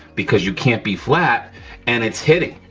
because you can't be flat and it's hitting,